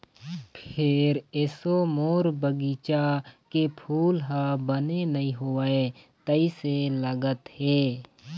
फेर एसो मोर बगिचा के फूल ह बने नइ होवय तइसे लगत हे